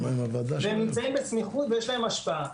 והם נמצאים בסמיכות ויש להם השפעה.